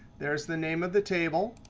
there's the name of the table.